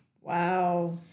Wow